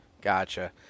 Gotcha